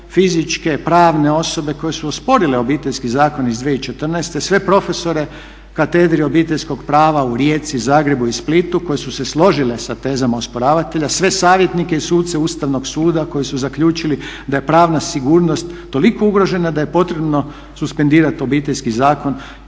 fizičke, pravne osobe koje su osporile Obiteljski zakon iz 2014. sve profesore katedri Obiteljskog prava u Rijeci, Zagrebu i Splitu koje su se složile sa tezama osporavatelja, sve savjetnike i suce Ustavnog suda koji su zaključili da je pravna sigurnost toliko ugrožena da je potrebno suspendirati Obiteljski zakon